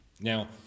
Now